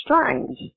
strange